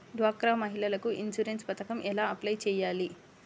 డ్వాక్రా మహిళలకు ఇన్సూరెన్స్ పథకం ఎలా అప్లై చెయ్యాలి?